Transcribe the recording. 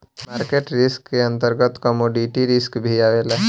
market risk के अंतर्गत commodity risk भी आवेला